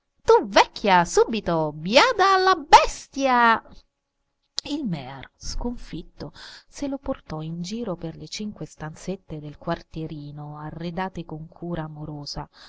tu vecchia subito biada alla bestia il mear sconfitto se lo portò in giro per le cinque stanzette del quartierino arredate con cura amorosa